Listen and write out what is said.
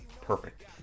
Perfect